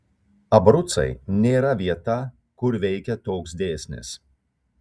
abrucai nėra vieta kur veikia toks dėsnis